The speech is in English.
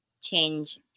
change